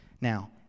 Now